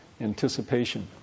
anticipation